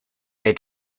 had